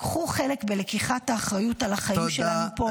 "קחו חלק בלקיחת אחריות על החיים שלנו פה".